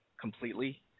completely